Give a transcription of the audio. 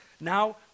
now